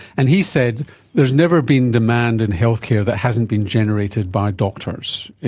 and he said there has never been demand in healthcare that hasn't been generated by doctors.